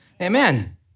Amen